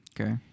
Okay